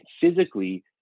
physically